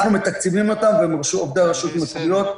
אנחנו מתקצבים אותם והם עובדי הרשויות המקומיות,